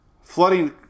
flooding